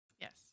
Yes